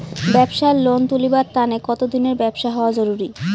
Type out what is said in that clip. ব্যাবসার লোন তুলিবার তানে কতদিনের ব্যবসা হওয়া জরুরি?